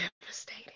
devastating